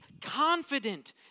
confident